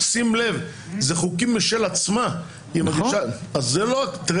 שים לב, זה חוקים משל עצמה, היא מגישה --- נכון.